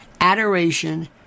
adoration